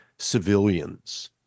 civilians